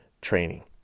training